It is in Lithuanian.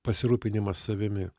pasirūpinimas savimi